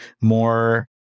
more